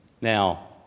now